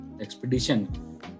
expedition